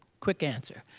quick answer.